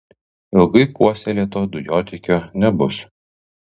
ilgai puoselėto dujotiekio nebus